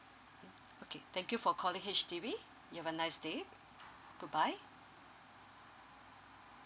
mm okay thank you for calling H_D_B you have a nice day goodbye